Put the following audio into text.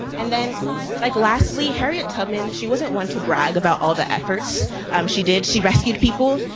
and then like lastly, harriet tubman. she wasn't one to brag about all the efforts um she did, she rescued people,